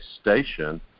station